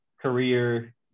career